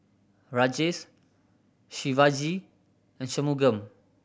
Rajesh Shivaji and Shunmugam